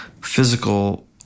physical